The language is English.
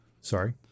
Sorry